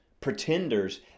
pretenders